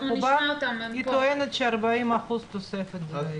היא טוענת שזה היה 40% תוספת.